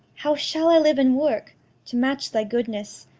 how shall i live and work to match thy goodness?